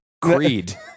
Creed